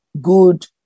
good